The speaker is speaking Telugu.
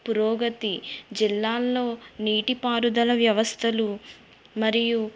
పురోగతి జిల్లాల్లో నీటిపారుదల వ్యవస్థలు మరియు